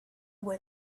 what